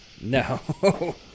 No